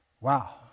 Wow